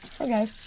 Okay